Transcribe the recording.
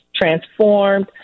transformed